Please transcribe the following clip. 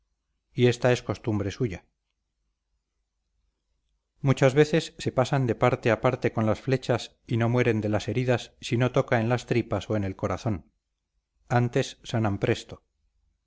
y ésta es costumbre suya muchas veces se pasan de parte a parte con las flechas y no mueren de las heridas si no toca en las tripas o en el corazón antes sanan presto